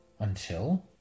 Until